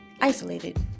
isolated